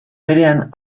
berean